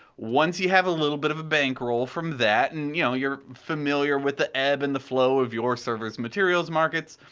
once you have a little bit of a bankroll from that and you know you're familiar with the ebb and flow of your server's material markets,